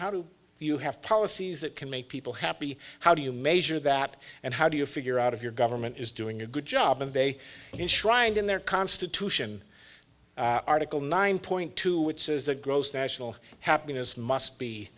how do you have policies that can make people happy how do you measure that and how do you figure out if your government is doing a good job and they can try and in their constitution article nine point two which says the gross national happiness must be